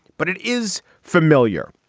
but it is familiar.